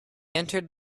entered